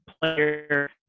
player